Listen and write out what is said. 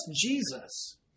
Jesus